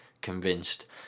convinced